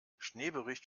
schneebericht